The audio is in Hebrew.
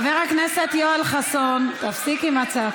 גברתי היושבת-ראש, החוק נדון בסבב